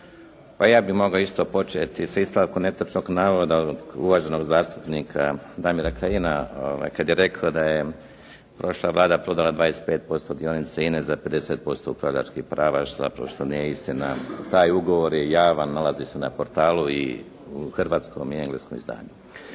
ja bih mogao isto početi sa ispravkom netočnog navoda uvaženog zastupnika Damira Kajina kad je rekao da je prošla Vlada prodala 25% dionica INA-e za 50% upravljačkih prava zapravo što nije istina. Taj ugovor je javan, nalazi se na portalu i u hrvatskom i u engleskom izdanju.